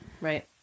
Right